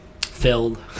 Filled